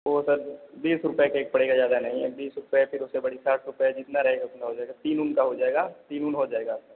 वो सर बीस रुपए का एक पड़ेगा जादा नहीं है बीस रुपए फिर उससे बड़ी साठ रुपए जितना रहेगा उतना हो जाएगा तीन ऊन का हो जाएगा तीन ऊन हो जाएगा आपका